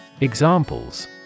Examples